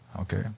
okay